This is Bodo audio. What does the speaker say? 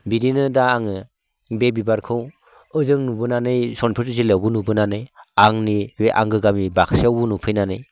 बिदिनो दा आङो बे बिबारखौ ओजों नुबोनानै सनितपुर जिल्लायावबो नुबोनानै आंनि बे आंगो गामि बाकसायावबो नुफैनानै